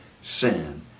sin